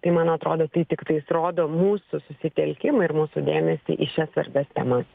tai man atrodo tai tiktais rodo mūsų susitelkimą ir mūsų dėmesį į šias svarbias temas